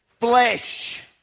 flesh